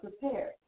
prepared